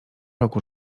roku